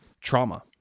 trauma